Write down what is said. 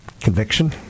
Conviction